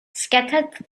scattered